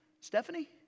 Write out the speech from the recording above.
Stephanie